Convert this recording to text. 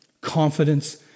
confidence